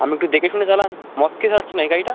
আপনি একটু দেখেশুনে চালান মদ খেয়ে চালাচ্ছেন নাকি গাড়িটা